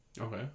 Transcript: Okay